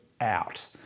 out